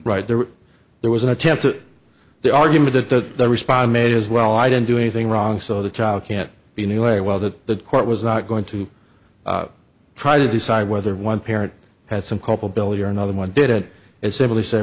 right there there was an attempt to the argument that the respond made as well i didn't do anything wrong so the child can't be in the way well that the court was not going to try to decide whether one parent had some culpability or another one did it as simply sa